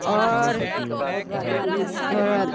आओर ओकरबाद